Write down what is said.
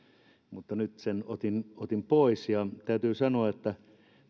mutta nyt sen otin otin pois ja täytyy sanoa että